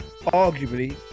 Arguably